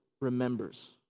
remembers